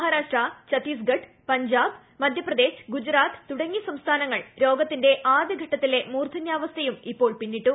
മഹാരാഷ്ട്ര ഛത്ത്രീസ്ഗ്ഢ് പഞ്ചാബ് മധ്യപ്രദേശ് ഗുജറാത്ത് തുടങ്ങിയ് ്സ്ട്രസ്ഥാനങ്ങൾ രോഗത്തിന്റെ ആദ്യഘട്ടത്തിലെ മൂർധന്യാവസ്ത്യും ഇപ്പോൾ പിന്നിട്ടു